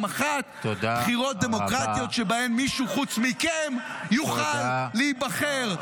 אחת בחירות דמוקרטיות שבהן מישהו חוץ מכם יוכל להיבחר.